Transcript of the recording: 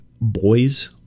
Boys